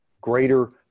greater